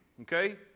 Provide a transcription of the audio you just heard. Okay